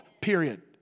period